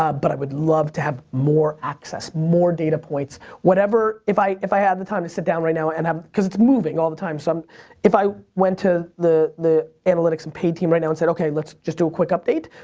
um but i would love to have more access, more data points. if i if i had the time to sit down right now and have, cause it's moving all the time. so if i went to the the analytics and pay team right now and said ok, let's just do a quick update.